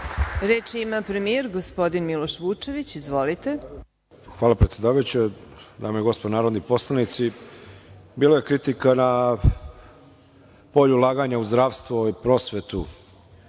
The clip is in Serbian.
Reč ima premijer gospodin Miloš Vučević. **Miloš Vučević** Hvala predsedavajuća. Dame i gospodo narodni poslanici bilo je kritika na polju ulaganja u zdravstvo i prosvetu,